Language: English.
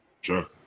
Sure